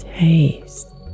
Taste